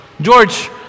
George